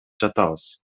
жатабыз